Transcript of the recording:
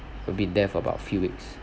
we've been there for about a few weeks